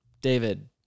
David